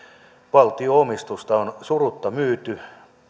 valtio omistusta on surutta myyty